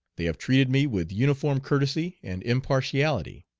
they have treated me with uniform courtesy and impartiality.